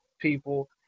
people